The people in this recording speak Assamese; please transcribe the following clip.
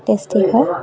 টেষ্টি হয়